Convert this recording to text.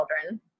children